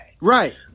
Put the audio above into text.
Right